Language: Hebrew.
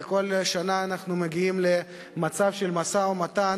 וכל שנה אנחנו מגיעים למצב של משא-ומתן